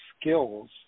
skills